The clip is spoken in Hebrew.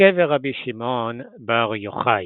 לקבר רבי שמעון בר יוחאי.